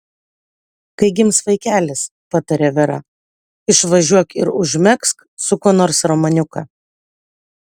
kai gims vaikelis patarė vera išvažiuok ir užmegzk su kuo nors romaniuką